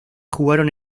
jugaron